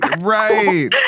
Right